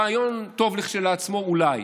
רעיון טוב כשלעצמו, אולי.